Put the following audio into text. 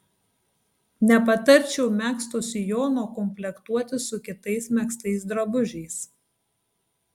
nepatarčiau megzto sijono komplektuoti su kitais megztais drabužiais